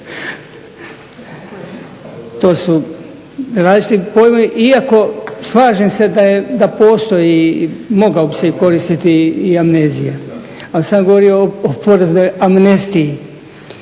To su različiti pojmovi iako slažem se da postoji i mogao bi se i koristiti i amnezija. Ali sam ja govorio o poreznoj